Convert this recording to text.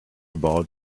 about